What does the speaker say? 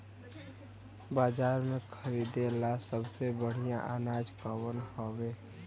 बाजार में खरदे ला सबसे बढ़ियां अनाज कवन हवे?